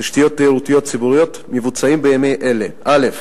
תשתיות תיירותיות ציבוריות, מבוצעים בימים אלה: א.